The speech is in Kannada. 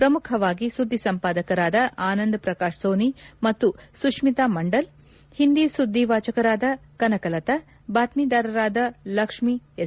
ಪ್ರಮುಖವಾಗಿ ಸುದ್ದಿ ಸಂಪಾದಕರಾದ ಆನಂದ್ ಪ್ರಕಾಶ್ ಸೋನಿ ಮತ್ತು ಸುಷ್ನಿತ ಮಂಡಲ್ ಹಿಂದಿ ಸುದ್ದಿ ವಾಚಕರಾದ ಕನಕ ಲತ ಬಾತ್ಸೀದಾರರಾದ ಲಕ್ಷ್ಣಿ ಎಸ್